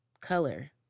color